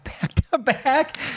back-to-back